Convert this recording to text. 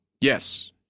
yes